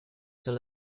son